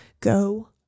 Go